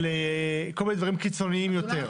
של כל מיני דברים קיצוניים יותר.